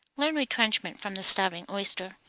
learn retrenchment from the starving oyster,